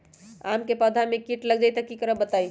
आम क पौधा म कीट लग जई त की करब बताई?